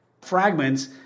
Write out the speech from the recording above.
fragments